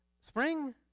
spring